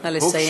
נא לסיים.